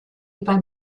über